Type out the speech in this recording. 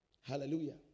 Hallelujah